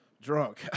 drunk